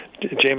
James